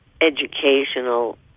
educational